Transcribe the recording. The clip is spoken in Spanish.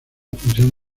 función